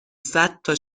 صدتا